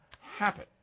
happen